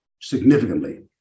significantly